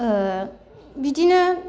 ओ बिदिनो